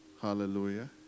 hallelujah